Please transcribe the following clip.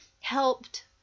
helped